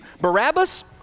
Barabbas